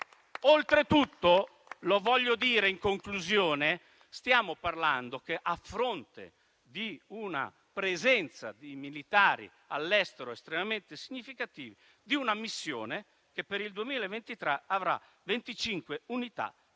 Oltretutto - lo voglio dire, in conclusione - stiamo parlando, a fronte di una presenza di militari all'estero estremamente significativa - di una missione che per il 2023 avrà 25 unità